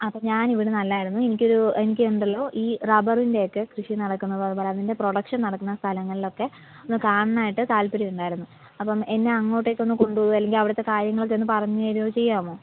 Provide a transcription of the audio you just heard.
അപ്പോൾ ഞാൻ ഇവിടുന്ന് അല്ലായിരുന്നു എനിക്കൊരു എനിക്ക് ഉണ്ടല്ലോ ഈ റബറിൻ്റെ ഒക്കെ കൃഷി നടക്കുന്നതും അതുപോലെ അതിൻ്റെ പ്രൊഡക്ഷൻ നടക്കുന്ന സ്ഥലങ്ങളിലൊക്കെ ഒന്ന് കാണാനായിട്ട് താല്പര്യം ഉണ്ടായിരുന്നു അപ്പം എന്നെ അങ്ങോട്ടേക്ക് ഒന്ന് കൊണ്ടുപോവുമോ അല്ലെങ്കിൽ അവിടുത്തെ കാര്യങ്ങളൊക്കെ ഒന്നു പറഞ്ഞുതരുവോ ചെയ്യാമോ